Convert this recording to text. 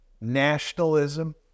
nationalism